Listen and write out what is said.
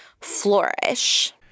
flourish